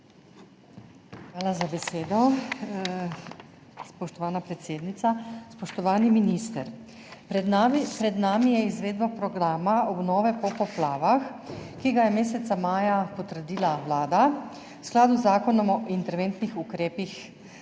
Hvala za besedo, spoštovana predsednica. Spoštovani minister! Pred nami je izvedba programa obnove po poplavah, ki ga je meseca maja potrdila Vlada v skladu z zakonom o interventnih ukrepih za